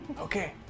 Okay